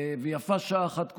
ויפה שעה אחת קודם.